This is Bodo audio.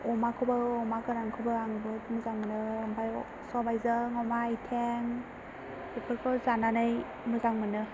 अमाखौबो अमा गोरानखौबो आं जोबोद मोजां मोनो ओमफ्राय सबाइजों अमा आथिं बेफोरखौ जानानै मोजां मोनो